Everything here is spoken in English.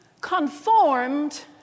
conformed